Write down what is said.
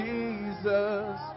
Jesus